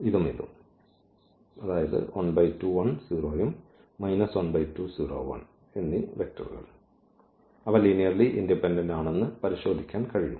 ഇതും ഇതും അവ ലീനിയർലി ഇൻഡിപെൻഡന്റ് ആണെന്ന് പരിശോധിക്കാൻ കഴിയും